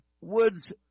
Woods